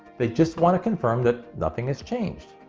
they just want to confirm that nothing has changed.